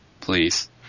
Please